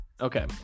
Okay